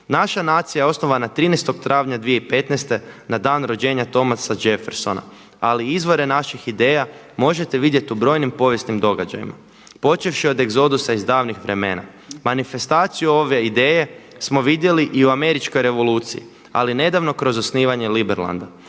Naša nacija je osnovana 13. travnja 2015. na dan rođenja Thomasa Jeffersona ali izvore naših ideja možete vidjeti u brojnim povijesnim događajima počevši od egzodusa iz davnih vremena. Manifestaciju ovve ideje smo vidjeli i u Američkoj revoluciji ali nedavno kroz osnivanje Liberlanda.